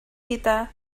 gyda